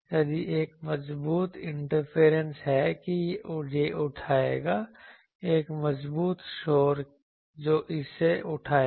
यदि एक मजबूत इंटरफेरेंस है कि यह उठाएगा एक मजबूत शोर जो इसे उठाएगा